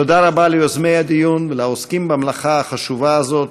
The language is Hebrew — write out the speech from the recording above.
תודה רבה ליוזמי הדיון ולעוסקים במלאכה החשובה הזאת,